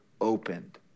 opened